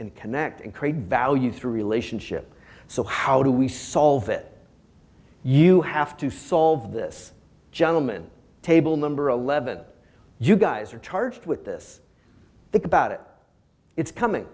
and connect and create value through relationship so how do we solve it you have to solve this gentleman table number eleven you guys are charged with this think about it it's coming